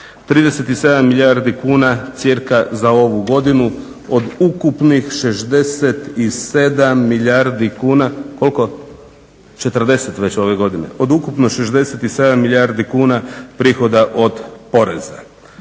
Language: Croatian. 37 milijardi kuna cirka za ovu godinu od ukupnih 67 milijardi kuna. Koliko? 40 već